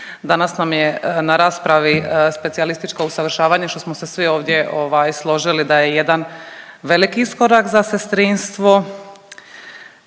danas nam je na raspravi specijalističko usavršavanje, što smo se svi ovdje ovaj složili da je jedan velik iskorak za sestrinstvo.